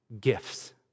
gifts